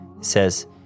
says